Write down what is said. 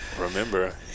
Remember